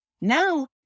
Now